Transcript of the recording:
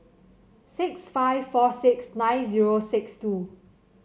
six five four six nine zero six two